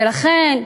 ולכן,